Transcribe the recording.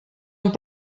amb